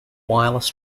wireless